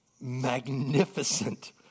magnificent